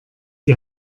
die